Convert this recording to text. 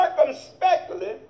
circumspectly